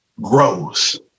grows